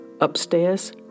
Upstairs